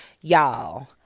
Y'all